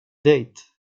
dejt